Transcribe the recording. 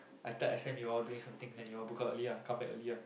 I tell S_M you all doing something then you all book out early ah come back early ah